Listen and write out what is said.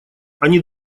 они